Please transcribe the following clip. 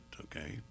okay